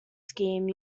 scheme